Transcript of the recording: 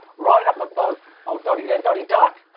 right up above old doddy there, doddy duck,